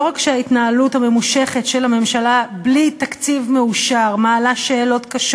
לא רק שההתנהלות הממושכת של הממשלה בלי תקציב מאושר מעלה שאלות קשות